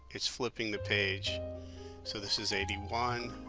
it's flipping the page so this is eighty one,